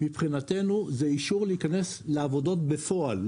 מבחינתנו זה אישור להיכנס לעבודות בפועל,